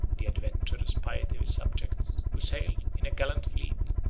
the adventurous piety of his subjects, who sailed, in a gallant fleet,